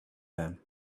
them